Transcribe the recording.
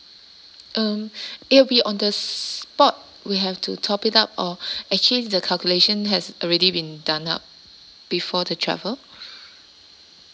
um it will be on the s~ spot we have to top it up or actually the calculation has already been done up before the travel